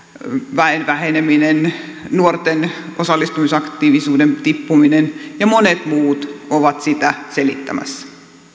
väen väheneminen nuorten osallistumisaktiivisuuden tippuminen ja monet muut ovat sitä selittämässä